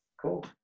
cool